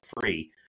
free